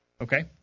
Okay